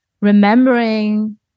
remembering